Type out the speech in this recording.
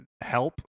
Help